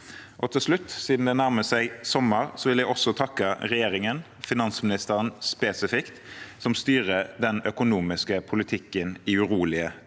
til slutt, siden det nærmer seg sommer, vil jeg også takke regjeringen – finansministeren spesifikt – som styrer den økonomiske politikken i urolige tider.